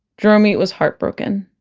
jeromey was heartbroken.